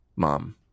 Mom